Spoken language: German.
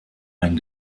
ein